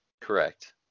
Correct